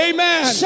Amen